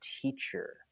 teacher